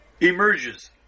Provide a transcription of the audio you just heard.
emerges